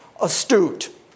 astute